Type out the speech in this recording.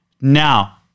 now